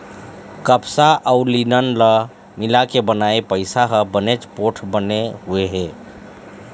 कपसा अउ लिनन ल मिलाके बनाए पइसा ह बनेच पोठ बने हुए हे